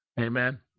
Amen